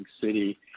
city